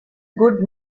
good